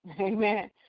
Amen